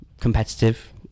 competitive